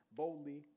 boldly